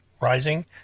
rising